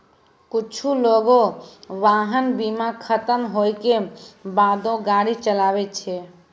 कुछु लोगें वाहन बीमा खतम होय के बादो गाड़ी चलाबै छै